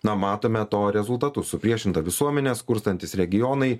na matome to rezultatus supriešinta visuomenė skurstantys regionai